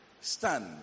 Stand